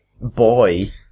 boy